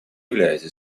является